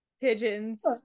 pigeons